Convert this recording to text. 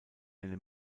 eine